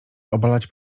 obalać